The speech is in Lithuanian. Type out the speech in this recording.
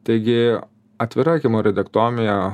taigi atvira hemoroidektomija